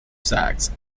sex